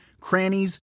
crannies